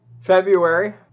February